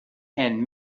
and